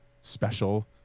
special